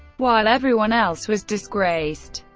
while everyone else was disgraced,